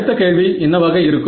அடுத்த கேள்வி என்னவாக இருக்கும்